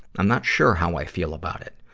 i'm not sure how i feel about it.